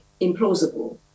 implausible